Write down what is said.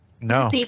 No